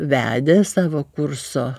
vedė savo kurso